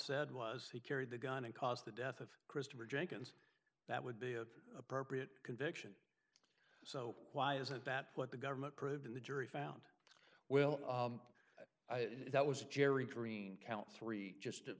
said was he carried the gun and caused the death of christopher jenkins that would be of appropriate conviction so why isn't that what the government proved in the jury found well that was gerry crean count three just